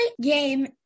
game